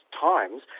times